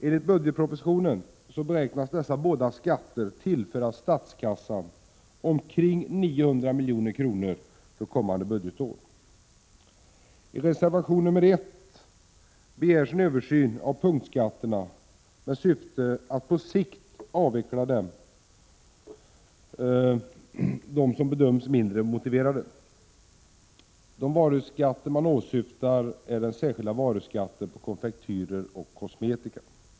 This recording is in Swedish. Enligt budgetpropositionen beräknas dessa båda skatter tillföra statskassan omkring 900 milj.kr. för kommande budgetår. I reservation nr 1 begärs en översyn av punktskatterna med syfte att på sikt avveckla dem som bedöms som mindre motiverade. De varuskatter man åsyftar är den särskilda varuskatten på konfektyrer och kosmetika.